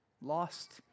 lost